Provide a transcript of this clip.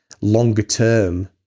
longer-term